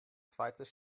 zweites